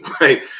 right